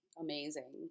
Amazing